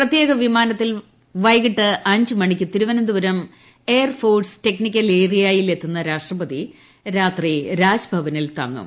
പ്രത്യേക വിമാനത്തിൽ വൈകിട്ട് അഞ്ചിന് തിരുവനന്തപുരം എയർഫോഴ്സ് ടെക്നിക്കൽ ഏരിയയിൽ എത്തുന്ന രാഷ്ട്രപതി രാത്രി രാജ്ഭവനിൽ തങ്ങും